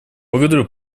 благодарю